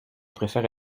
préfère